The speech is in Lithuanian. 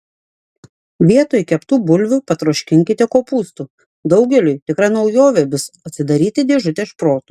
vietoj keptų bulvių patroškinkite kopūstų daugeliui tikra naujovė bus atsidaryti dėžutę šprotų